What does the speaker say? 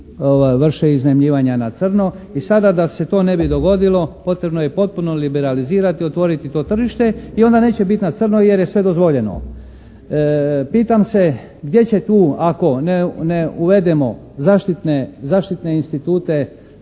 vrše iznajmljivanja na crno i sada da se to ne bi dogodilo potrebno je potpuno liberalizirati, otvoriti to tržište i onda neće biti na crno jer je sve dozvoljeno. Pitam se gdje će tu ako ne uvedemo zaštitne institute,